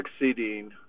exceeding